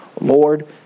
Lord